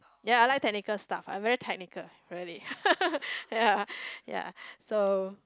ya I like technical stuff I very technical really ya ya so